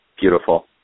Beautiful